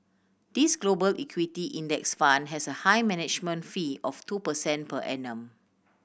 this Global Equity Index Fund has a high management fee of two percent per annum